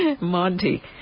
Monty